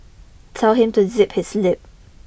tell him to zip his lip